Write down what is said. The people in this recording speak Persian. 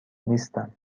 نیستم